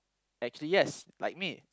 actually yes like me